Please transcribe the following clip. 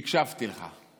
הקשבתי לך.